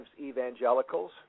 Evangelicals